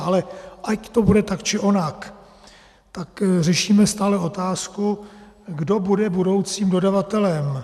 Ale ať to bude tak či onak, tak řešíme stále otázku, kdo bude budoucím dodavatelem.